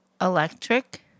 Electric